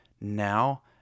Now